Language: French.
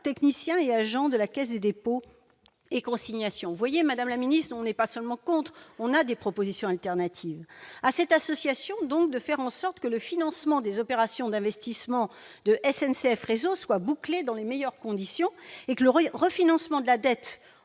techniciens et agents de la Caisse des dépôts et consignations. Vous le voyez, madame la ministre, nous ne sommes pas seulement dans une attitude d'opposition. Nous vous soumettons des propositions alternatives. À cette association, donc, de faire en sorte que le financement des opérations d'investissement de SNCF Réseau soit bouclé dans les meilleures conditions et que le refinancement de la dette